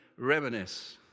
reminisce